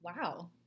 Wow